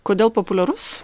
kodėl populiarus